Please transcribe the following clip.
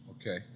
Okay